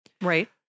Right